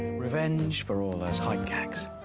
revenge for all those height gags.